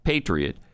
Patriot